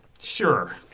sure